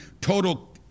total